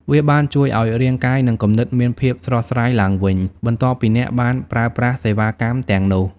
វាបានជួយឲ្យរាងកាយ និងគំនិតមានភាពស្រស់ស្រាយឡើងវិញ បន្ទាប់ពីអ្នកបានប្រើប្រាស់សេវាកម្មទាំងនោះ។